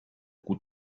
gut